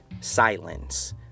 Silence